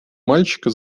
мальчика